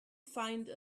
find